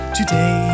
today